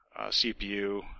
CPU